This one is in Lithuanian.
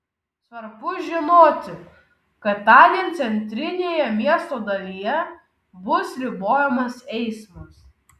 svarbu žinoti kad tądien centrinėje miesto dalyje bus ribojamas eismas